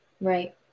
Right